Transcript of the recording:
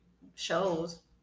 shows